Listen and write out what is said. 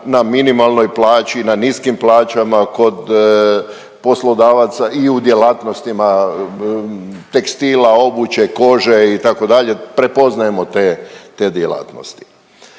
na minimalnoj plaći, na niskim plaćama kod poslodavaca i u djelatnostima tekstila, obuće, kože, itd., prepoznajemo te djelatnosti.